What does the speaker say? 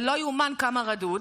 זה לא יאומן כמה רדוד,